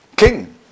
King